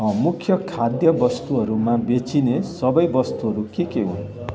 मुख्य खाद्य वस्तुहरूमा बेचिने सबै वस्तुहरू के के हुन्